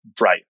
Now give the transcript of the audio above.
right